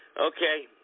Okay